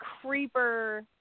creeper